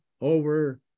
over